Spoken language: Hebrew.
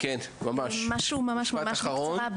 משפט אחרון, כי אני רוצה לסכם.